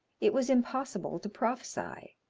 it was impossible to prophesy.